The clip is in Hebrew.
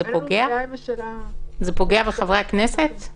זה פוגע בחברי הכנסת?